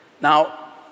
Now